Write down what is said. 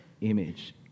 image